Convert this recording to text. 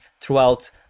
throughout